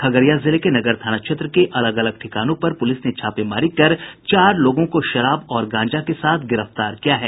खगड़िया जिले के नगर थाना क्षेत्र के अलग अलग ठिकानों पर प्रलिस ने छापेमारी कर चार लोगों को शराब और गांजा के साथ गिरफ्तार किया है